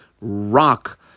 rock